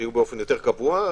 שיהיו באופן יותר קבוע.